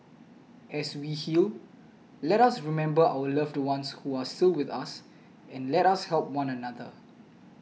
as we heal let us remember our loved ones who are so with us and let us help one another